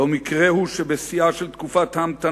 לא מקרה הוא שבשיאה של "תקופת ההמתנה",